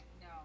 no